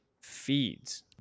feeds